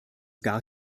gar